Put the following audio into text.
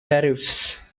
tariffs